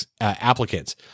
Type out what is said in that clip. applicants